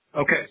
Okay